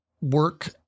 work